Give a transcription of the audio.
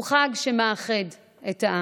הוא חג שמאחד את העם,